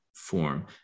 form